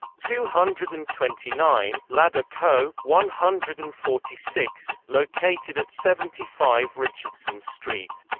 two hundred and twenty nine ladder co. one hundred and forty six, located at seventy five richardson street.